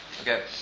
Okay